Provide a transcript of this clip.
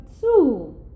two